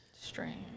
strange